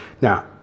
now